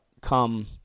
come